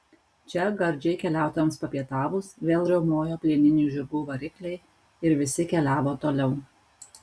čia gardžiai keliautojams papietavus vėl riaumojo plieninių žirgų varikliai ir visi keliavo toliau